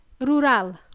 rural